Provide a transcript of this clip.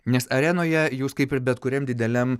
nes arenoje jūs kaip ir bet kuriam dideliam